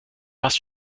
fast